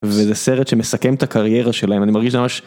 וזה סרט שמסכם את הקריירה שלהם אני מרגיש ממש